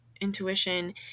intuition